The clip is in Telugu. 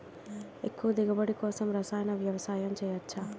ఎక్కువ దిగుబడి కోసం రసాయన వ్యవసాయం చేయచ్చ?